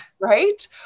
Right